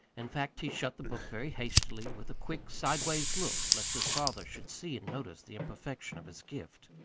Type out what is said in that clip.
in fact he shut the book very hastily, with a quick, sidewise look, lest his father should see and notice the imperfection of his gift.